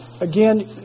Again